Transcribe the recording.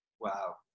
Wow